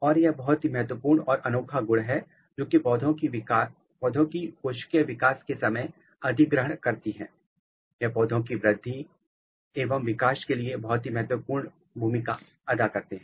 और यह बहुत ही महत्वपूर्ण और अनोखा गुड है जो कि पौधे की कोशिकाएं विकास के समय अधिग्रहण करती हैं और पौधे की वृद्धि एंड विकास के लिए बहुत ही महत्वपूर्ण भूमिका अदा करते हैं